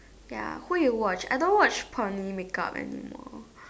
ya who you watch I don't watch make up anymore